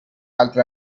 altre